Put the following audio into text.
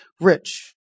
rich